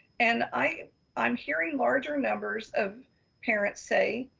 and i'm i'm hearing larger numbers of parents say,